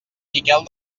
miquel